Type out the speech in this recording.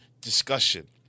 discussion